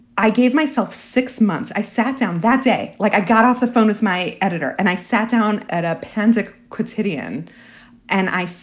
i gave myself six months. i sat down that day like i got off the phone with my editor and i sat down at a pencil quotidien and i.